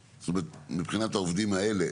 מבחינת העובדים האלה,